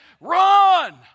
run